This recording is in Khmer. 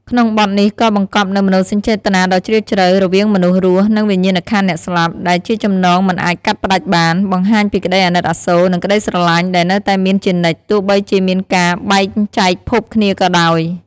ក្នុងបទនេះក៏បង្កប់នូវ មនោសញ្ចេតនាដ៏ជ្រាលជ្រៅ រវាងមនុស្សរស់ និងវិញ្ញាណក្ខន្ធអ្នកស្លាប់ ដែលជាចំណងមិនអាចកាត់ផ្តាច់បាន បង្ហាញពីក្តីអាណិតអាសូរ និងក្តីស្រឡាញ់ដែលនៅតែមានជានិច្ច ទោះបីជាមានការបែកចែកភពគ្នាក៏ដោយ។